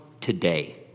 today